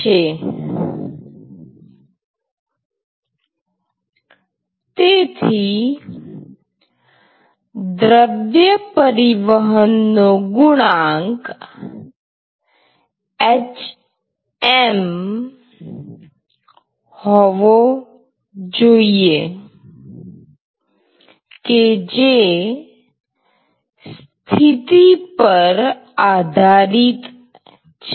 તેથી દ્રવ્ય પરિવહનનો ગુણાંક hm હોવો જોઈએ કે જે સ્થિતિ પર આધારિત છે